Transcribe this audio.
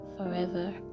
forever